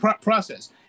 process